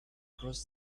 cross